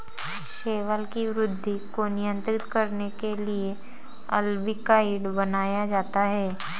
शैवाल की वृद्धि को नियंत्रित करने के लिए अल्बिकाइड बनाया जाता है